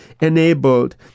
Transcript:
enabled